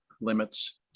limits